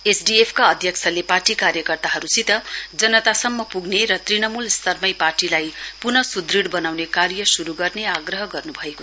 SDF का अध्यक्षले party कार्यकर्ताहरुसित जनतासम्म पुग्ने र तृणमूल स्तरमै पार्टीलाई पुन सुदुढब वनाउने कार्य शुरु गर्ने आग्रह गर्नुभयो